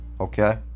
okay